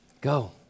Go